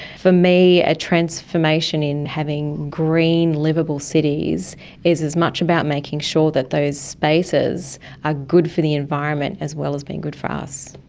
for me, a transformation in having green liveable cities is as much about making sure that those spaces are ah good for the environment as well as being good for us.